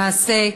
למעשה,